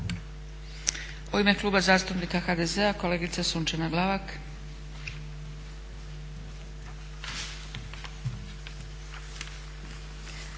U ime Kluba zastupnika HDZ-a kolegica Sunčana Glavak.